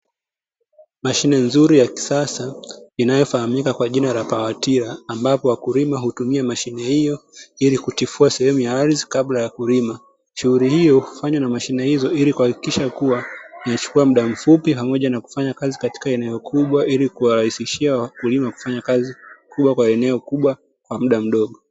Mashine nzuri na ya kisasa, inayofahamika kwa jina la pawatila, ambayo wakulima hutumia mashine hiyo ili kutifua sehemu y ardhi kabla ya kulima, Shughuli hiyo hufanywa na mashine hizo ili kihakikisha kuwa, inachukua muda mfupi pamoja na kufanyakazi katika eneo kubwa, ili kuwarahisishia wakulima kufanya kazai kubwa kwa eneo kubwa muda mdogo.